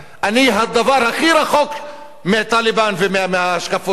אני הדבר הכי רחוק מה"טליבאן" ומההשקפות שלהם,